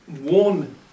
one